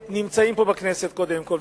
שנמצאים פה בכנסת קודם כול,